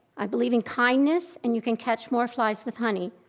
i believe in kindness and you can catch more flies with honey.